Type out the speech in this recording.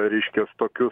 reiškias tokius